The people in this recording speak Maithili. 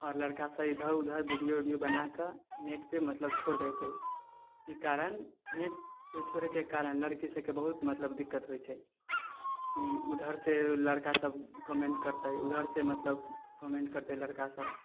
आओर लड़का सब इधर उधर वीडियो उडियो बनाए कऽ नेटपर मतलब छोड़ दै छै जाहिके कारण नेटपर छोड़ैके कारण लड़की सबके बहुत मतलब दिक्कत होइ छै की ऊधरसँ लड़का सब कमेन्ट करतै उधरसँ मतलब कमेन्ट करतै लड़का सब